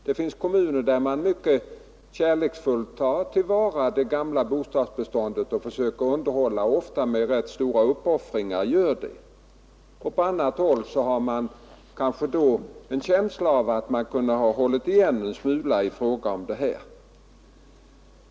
Det finns kommuner där man mycket kärleksfullt tillvaratar det gamla bostadsbeståndet och försöker underhålla det, ofta med rätt stora uppoffringar. På annat håll kan man få en känsla av att vederbörande kunde ha hållit igen en smula.